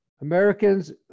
Americans